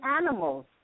animals